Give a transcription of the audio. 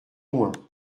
moins